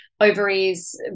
ovaries